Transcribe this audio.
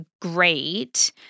great